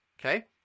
okay